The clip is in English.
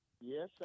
Yes